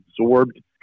absorbed